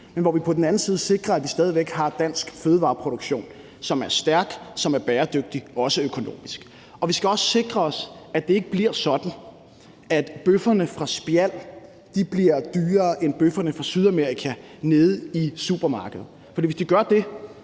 men på den anden side sikrer, at vi har dansk fødevareproduktion, som er stærk, og som er bæredygtig, også økonomisk. Vi skal også sikre os, at det ikke bliver sådan, at bøfferne fra Spjald bliver dyrere end bøfferne fra Sydamerika nede i supermarkedet. For hvis de gør det,